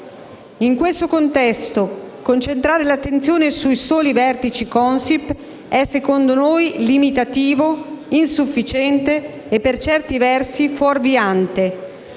In questo contesto, concentrare l'attenzione sui soli vertici Consip è, secondo noi, limitativo, insufficiente e, per certi versi, fuorviante.